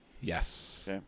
Yes